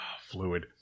Fluid